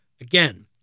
again